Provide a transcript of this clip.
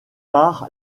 par